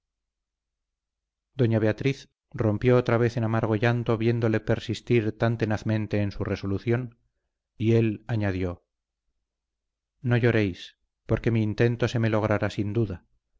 doña beatriz rompió otra vez en amargo llanto viéndole persistir tan tenazmente en su resolución y él añadió no lloréis porque mi intento se me logrará sin duda